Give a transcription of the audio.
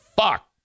fuck